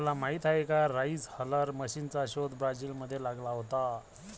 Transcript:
तुम्हाला माहीत आहे का राइस हलर मशीनचा शोध ब्राझील मध्ये लागला होता